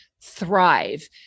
thrive